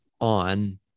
on